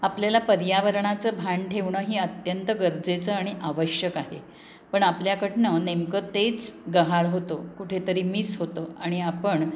आपल्याला पर्यावरणाचं भान ठेवणं हे अत्यंत गरजेचं आणि आवश्यक आहे पण आपल्याकडून नेमकं तेच गहाळ होतो कुठेतरी मिस होतं आणि आपण